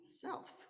self